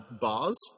bars